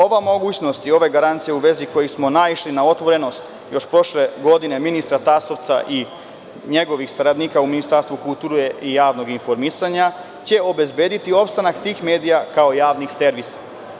Ova mogućnost i ove garancije u vezi kojih smo naišli na otvorenost ministra Tasovca i njegovih saradnika u Ministarstvu kulture i javnog informisanja, još prošle godine, će obezbediti opstanak tih medija kao javnog servisa.